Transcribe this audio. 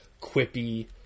quippy